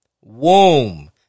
Womb